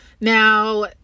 Now